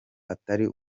atari